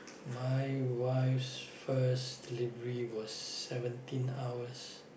my wife's first delivery was seventeen hours